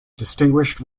distinguished